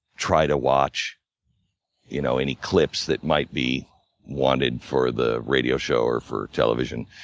try to watch you know any clips that might be wanted for the radio show or for television.